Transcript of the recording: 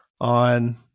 on